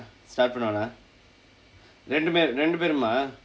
start பண்ணுவானா இரண்டு பேர் இரண்டு பேரும்:pannuvaanaa irandu peer irandu peerum ah